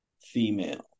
female